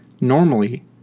Normally